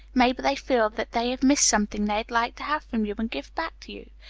maybe they feel that they have missed something they'd like to have from you, and give back to you,